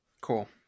cool